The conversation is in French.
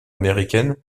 américaine